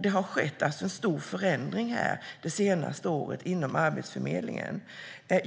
Det har skett en stor förändring under det senaste året inom Arbetsförmedlingen.